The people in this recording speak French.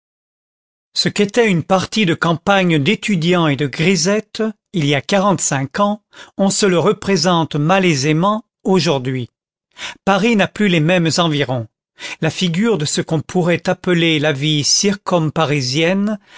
ce qu'était une partie de campagne d'étudiants et de grisettes il y a quarante-cinq ans on se le représente malaisément aujourd'hui paris n'a plus les mêmes environs la figure de ce qu'on pourrait appeler la vie